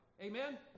Amen